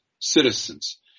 Citizens